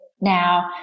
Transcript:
now